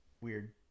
Weird